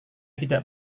tidak